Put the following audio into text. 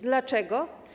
Dlaczego?